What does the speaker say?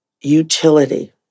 utility